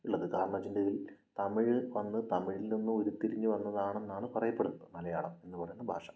ഉള്ളത് കാരണമെന്നുവെച്ചിട്ടുണ്ടെങ്കിൽ തമിഴ് വന്ന് തമിഴിൽ നിന്നും ഉരുത്തിരിഞ്ഞു വന്നതാണെന്നാണ് പറയപ്പെടുന്നത് മലയാളം എന്നുപറയുന്ന ഭാഷ